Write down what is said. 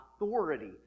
authority